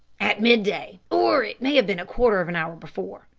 at midday, or it may have been a quarter of an hour before.